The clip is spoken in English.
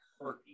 hurt